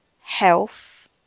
health